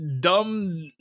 dumb